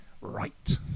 right